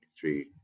three